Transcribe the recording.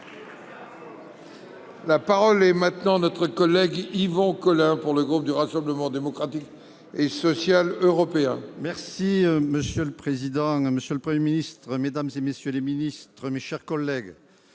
La parole est à M. Yvon Collin, pour le groupe du Rassemblement Démocratique et Social Européen. Monsieur le président, monsieur le Premier ministre, mesdames, messieurs les ministres, mes chers collègues,